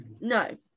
No